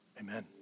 amen